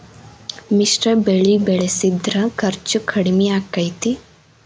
ಮಿಶ್ರ ಬೆಳಿ ಬೆಳಿಸಿದ್ರ ಖರ್ಚು ಕಡಮಿ ಆಕ್ಕೆತಿ?